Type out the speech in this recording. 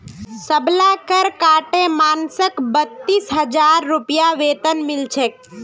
सबला कर काटे मानसक बत्तीस हजार रूपए वेतन मिल छेक